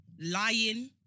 lying